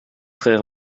frère